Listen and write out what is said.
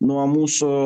nuo mūsų